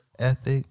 Ethic